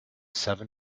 seven